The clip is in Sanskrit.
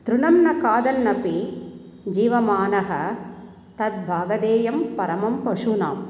तृणं न खादन्नपि जीवमानः तद्भागधेयं परमं पशूनाम्